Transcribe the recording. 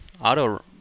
auto